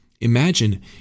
Imagine